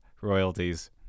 royalties